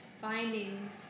finding